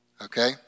Okay